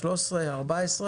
ב-2014.